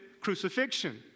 crucifixion